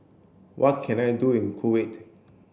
what can I do in Kuwait